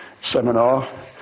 seminar